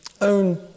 own